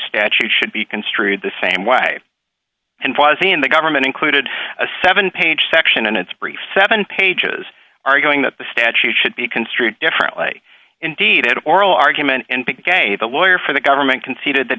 statutes should be construed the same way and was in the government included a seven page section in its brief seven pages arguing that the statute should be construed differently indeed oral argument gave the lawyer for the government conceded that